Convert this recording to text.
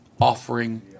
offering